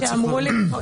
צריך להוריד.